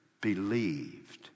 believed